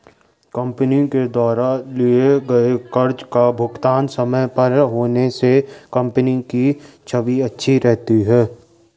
company के द्वारा लिए गए कर्ज का भुगतान समय पर होने से कंपनी की छवि अच्छी रहती है